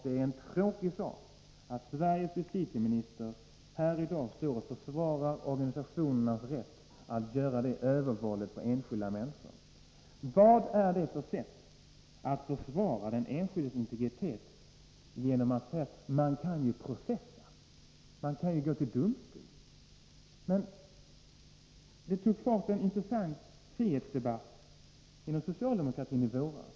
Det är tråkigt att Sveriges justitieminister här i dag står och försvarar organisatio nernas rätt att göra detta övervåld på enskilda människors integritet. Vad är det för sätt att försvara den enskildes integritet när justitieministern säger: Man kan ju processa? En intressant frihetsdebatt tog fart inom socialdemokratin i våras.